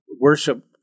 worship